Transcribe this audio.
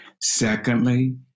Secondly